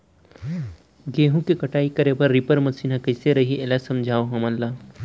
गेहूँ के कटाई करे बर रीपर मशीन ह कइसे रही, एला समझाओ हमन ल?